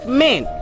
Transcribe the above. men